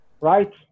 right